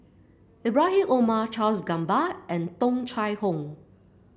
Ibrahim Omar Charles Gamba and Tung Chye Hong